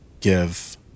give